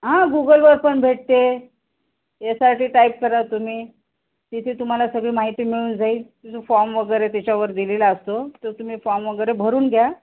हां गुगलवर पण भेटते याच्यासाठी टाईप करा तुम्ही तिथे तुम्हाला सगळी माहिती मिळून जाईल तिथं फॉर्म वगैरे त्याच्यावर दिलेला असतो तर तुम्ही फॉर्म वगैरे भरून घ्या